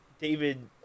David